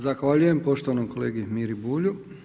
Zahvaljujem poštovanom kolegi Miri Bulju.